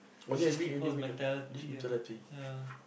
it's just people's mentality ah ya